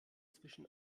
zwischen